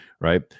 right